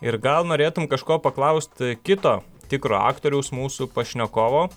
ir gal norėtum kažko paklausti kito tikro aktoriaus mūsų pašnekovo